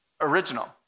original